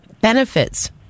benefits